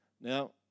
Now